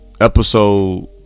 Episode